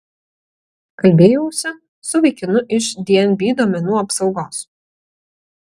kalbėjausi su vaikinu iš dnb duomenų apsaugos